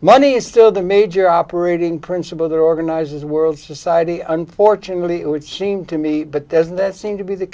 money is still the major operating principle that organizes busy world busy society unfortunately it would seem to me but doesn't that seem to be the